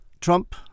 Trump